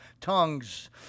tongues